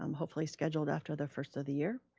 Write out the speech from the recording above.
um hopefully scheduled after the first of the year.